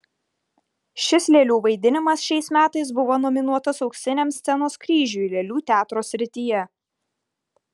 šis lėlių vaidinimas šiais metais buvo nominuotas auksiniam scenos kryžiui lėlių teatro srityje